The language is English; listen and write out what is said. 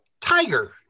Tiger